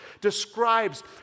describes